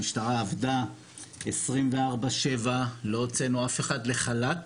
המשטרה עבדה 24/7, לא הוצאנו אף אחד לחל"ת.